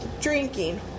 drinking